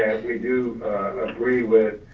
we do agree with,